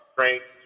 Great